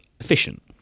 efficient